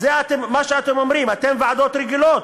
זה מה שאתם אומרים: אתם, ועדות רגילות.